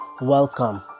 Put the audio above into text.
Welcome